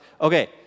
okay